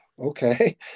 Okay